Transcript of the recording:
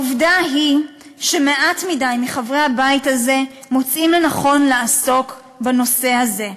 העובדה היא שמעט מדי מחברי הבית הזה מוצאים לנכון לעסוק בנושא הזה.